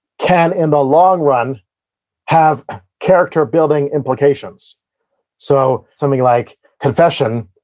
can in the long run have character building implications so, something like confession